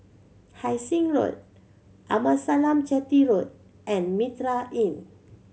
Hai Sing Road Amasalam Chetty Road and Mitraa Inn